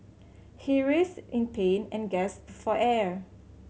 he writhed in pain and gasped for air